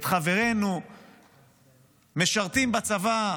את חברינו משרתים בצבא,